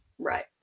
Right